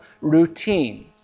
routine